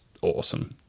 awesome